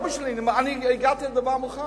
אני הגעתי לדבר מוכן.